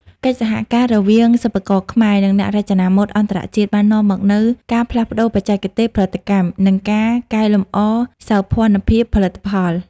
កិច្ចសហការរវាងសិប្បករខ្មែរ និងអ្នករចនាម៉ូដអន្តរជាតិ បាននាំមកនូវការផ្លាស់ប្តូរបច្ចេកទេសផលិតកម្ម និងការកែលម្អសោភ័ណភាពផលិតផល។